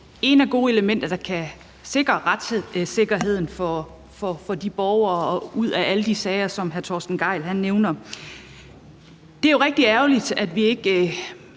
til gode elementer, der kan sikre retssikkerheden for borgere i alle de sager, som hr. Torsten Gejl nævner. Det er jo rigtig ærgerligt, at vi ikke